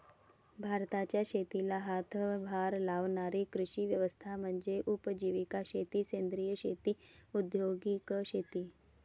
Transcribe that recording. भारताच्या शेतीला हातभार लावणारी कृषी व्यवस्था म्हणजे उपजीविका शेती सेंद्रिय शेती औद्योगिक शेती